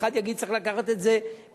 אחד יגיד שצריך לקחת את זה מהקצבאות,